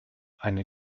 einen